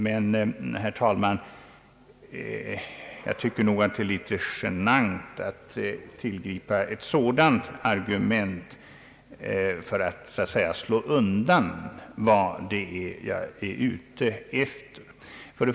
Men jag tycker, herr talman, att det är litet genant att tillgripa ett sådant argument för att så att säga slå undan det som jag är ute efter.